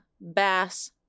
bass